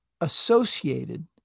associated